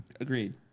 Agreed